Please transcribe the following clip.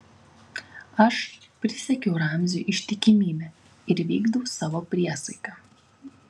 aš prisiekiau ramziui ištikimybę ir vykdau savo priesaiką